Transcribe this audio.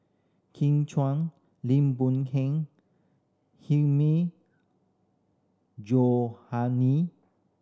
Kin Lim Boon Heng Hilmi